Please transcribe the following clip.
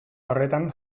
horretan